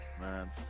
man